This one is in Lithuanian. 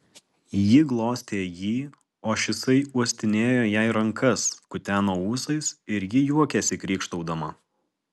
ji glostė jį o šisai uostinėjo jai rankas kuteno ūsais ir ji juokėsi krykštaudama